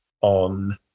on